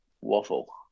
waffle